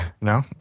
no